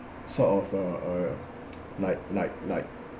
sort of uh uh like like like